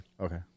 okay